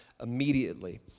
immediately